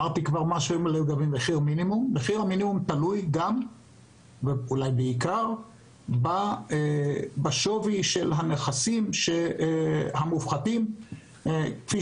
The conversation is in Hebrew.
מחיר המינימום תלוי בעיקר בשווי הנכסים המופחתים כפי